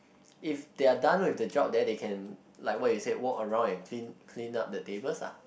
if they are done with the job then they can like what you said walk around and clean clean up the tables ah